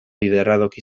iradoki